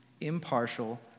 impartial